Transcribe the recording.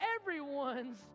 everyone's